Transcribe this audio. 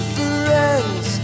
friends